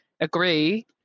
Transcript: agree